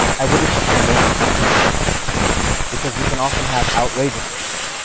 i wouldn't put my name to the easy thoughts because you can often have outrageous views,